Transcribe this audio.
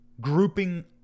grouping